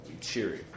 cheery